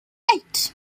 eight